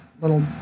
little